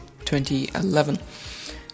2011